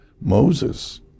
Moses